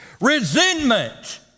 Resentment